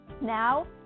Now